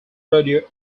rodeo